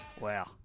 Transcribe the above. Wow